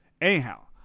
Anyhow